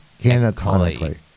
canonically